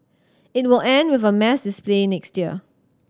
it will end with a mass display next year